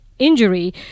injury